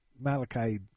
Malachi